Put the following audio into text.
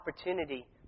opportunity